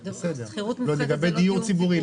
לגבי דיור ציבורי,